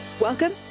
Welcome